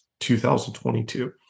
2022